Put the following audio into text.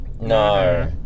No